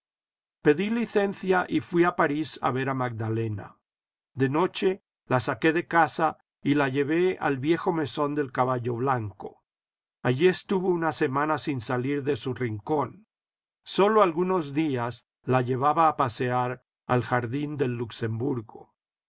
pedí licencia y fui a parís a ver a magdalena de noche la saqué de casa y la llevé al viejo mesón del caballo blanco allí estuvo una semana sin salir de su rincón sólo algunos días la llevaba a pasear al jardín del luxemburgo